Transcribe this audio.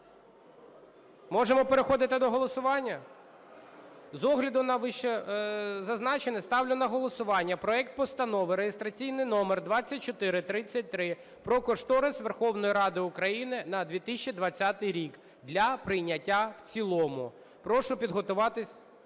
Можемо переходити до голосування? З огляду на вищезазначене ставлю на голосування проект Постанови (реєстраційний номер 2433) про кошторис Верховної Ради України на 2020 рік для прийняття в цілому. Прошу підготуватись.